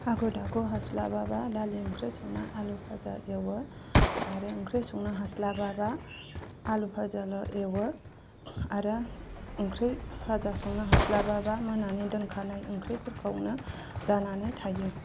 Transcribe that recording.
हाखु दाखु हास्लाबाबा दालि ओंख्रि संना आलु भाजा एवो आरो ओंख्रि संनो हास्लाबाबा आलु भाजाल' एवो आरो ओंख्रि भाजा संनो हास्लाबाबा मोनानि दोनखानाय ओंख्रिफोरखौनो जानानै थायो